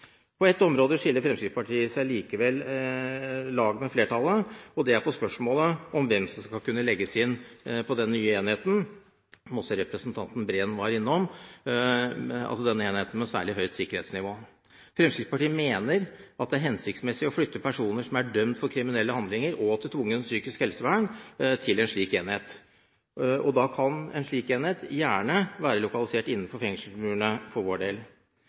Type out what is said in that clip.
På ett område skiller likevel Fremskrittspartiet lag med flertallet, og det er i spørsmålet om hvem som skal kunne legges inn på den nye enheten med særlig høyt sikkerhetsnivå, som også representanten Breen var inne på. Fremskrittspartiet mener det er hensiktsmessig å flytte personer som er dømt for kriminelle handlinger og til tvungent psykisk helsevern, til en slik enhet. Da kan en slik enhet gjerne være lokalisert innenfor fengselsmurene for vår del.